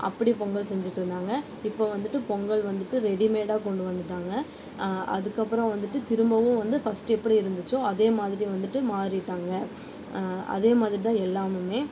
அப்படி பொங்கல் செஞ்சிட்டிருந்தாங்க இப்போ வந்துட்டு பொங்கல் வந்துட்டு ரெடிமேடாக கொண்டு வந்துட்டாங்க அதுக்கப்புறம் வந்துட்டு திரும்பவும் வந்து ஃபஸ்ட்டு எப்படி இருந்துச்சோ அதே மாதிரி வந்துட்டு மாறிட்டாங்க அதே மாதிரி தான் எல்லாமும்